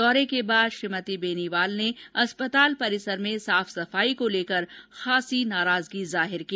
दौरे के बाद श्रीमती बेनीवाल ने अस्पताल परिसर में साफ सफाई को लेकर खासी नाराजगी जाहिर की